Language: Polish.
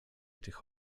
tych